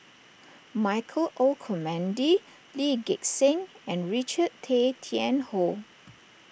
Michael Olcomendy Lee Gek Seng and Richard Tay Tian Hoe